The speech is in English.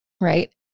Right